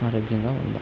ఆరోగ్యంగా ఉండాలి